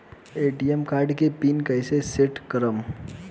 ATM card के PIN कैसे set करम?